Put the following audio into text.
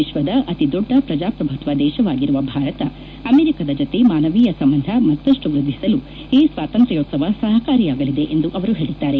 ವಿಶ್ವದ ಅತಿ ದೊಡ್ಡ ಪ್ರಜಾಪ್ರಭುತ್ವ ದೇಶವಾಗಿರುವ ಭಾರತ ಅಮೆರಿಕದ ಜತೆ ಮಾನವೀಯ ಸಂಬಂಧ ಮತ್ತಷ್ಟು ವೃದ್ಧಿಯಾಗಲು ಈ ಸ್ವಾತಂತ್ರ್ಯೋತ್ಸವ ಸಹಕಾರಿಯಾಗಲಿದೆ ಎಂದು ಅವರು ಹೇಳಿದ್ದಾರೆ